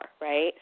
right